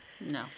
No